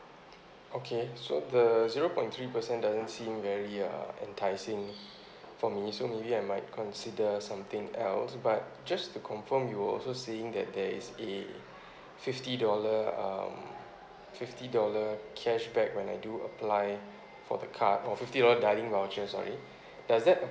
okay so the zero point three percent doesn't seem very uh enticing for me so maybe I might consider something else but just to confirm you're also saying that there is a fifty dollar (um fifty dollar cashback when I do apply for the card or fifty dollar dining voucher sorry does that